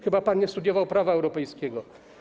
Chyba pan nie studiował prawa europejskiego.